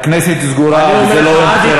הכנסת סגורה וזה לא יום בחירה.